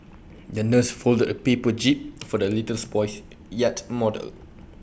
the nurse folded A paper jib for the litters boy's yacht model